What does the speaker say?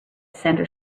center